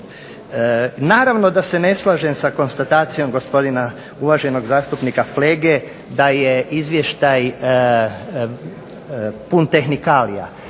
Naravno da se ne slažem sa konstatacijom gospodina uvaženog zastupnika Flege da je izvještaj pun tehnikalija.